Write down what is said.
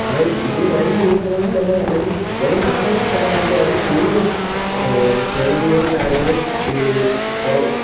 ആ ഇനി വരും ദിവസങ്ങളിൽ തന്നെ അല്ലെങ്കിൽ വരും കാലങ്ങളിൽ തന്നെ അവർ അവർ കൂടുതൽ തെളിവുകളും കാര്യങ്ങളും ഈ പുറ